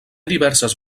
diverses